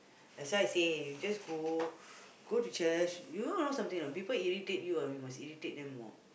that's why I say you just go go to church you know something or not people irritate you ah you must irritate them more